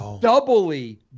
doubly